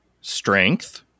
strength